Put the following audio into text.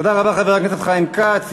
תודה רבה, חבר הכנסת חיים כץ.